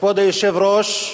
כבוד היושב-ראש,